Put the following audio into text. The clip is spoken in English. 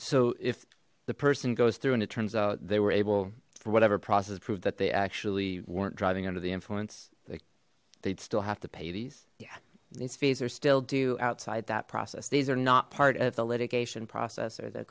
so if the person goes through and it turns out they were able for whatever process proved that they actually weren't driving under the influence they they'd still have to pay these yeah these fees are still do outside that process these are not part of the litigation process or th